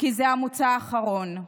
כי זה המוצא האחרון.